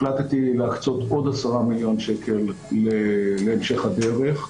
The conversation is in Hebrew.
החלטתי להקצות עוד 10 מיליון שקל להמשך הדרך.